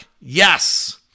Yes